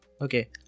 Okay